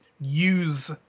use